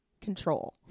control